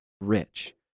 rich